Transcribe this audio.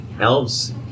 elves